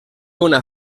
una